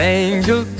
angel